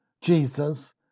Jesus